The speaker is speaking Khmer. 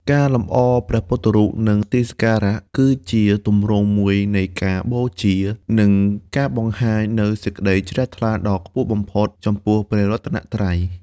ការលម្អព្រះពុទ្ធរូប និងទីសក្ការៈ គឺជាទម្រង់មួយនៃការបូជា និងការបង្ហាញនូវសេចក្តីជ្រះថ្លាដ៏ខ្ពស់បំផុត ចំពោះព្រះរតនត្រ័យ។